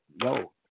yo